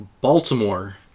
Baltimore